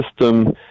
system